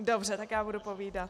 Dobře, tak já budu povídat.